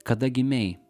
kada gimei